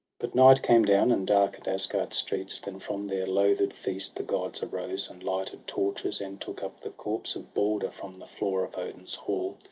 but night came down, and darken'd asgard streets. then from their loathed feast the gods arose, and lighted torches, and took up the corpse of balder from the floor of odin's hall.